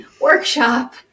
workshop